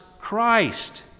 Christ